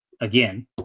again